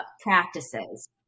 practices